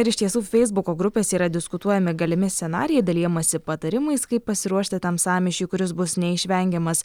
ir iš tiesų feisbuko grupėse yra diskutuojami galimi scenarijai dalijamasi patarimais kaip pasiruošti tam sąmyšiui kuris bus neišvengiamas